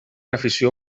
afició